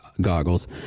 goggles